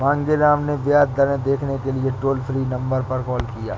मांगेराम ने ब्याज दरें देखने के लिए टोल फ्री नंबर पर कॉल किया